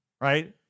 right